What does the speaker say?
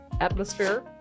atmosphere